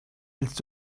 willst